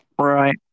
right